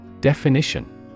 definition